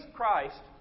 Christ